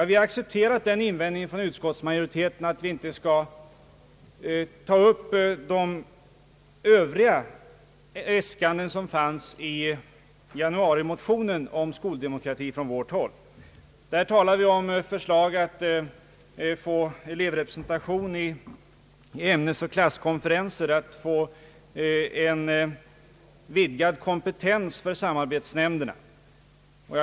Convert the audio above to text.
Vi har accepterat den invändningen beträffande de övriga äskandena som fanns i januarimotionen från vårt håll om elevrepresentation i ämnesoch klasskonferenser och om en vidgad kompetens för samarbetsnämnderna.